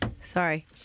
Sorry